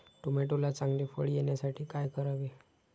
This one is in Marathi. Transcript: टोमॅटोला चांगले फळ येण्यासाठी काय करावे?